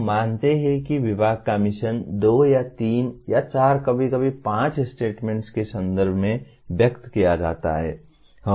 हम मानते हैं कि विभाग का मिशन दो या तीन या चार कभी कभी पांच स्टेटमेंट्स के संदर्भ में व्यक्त किया जाता है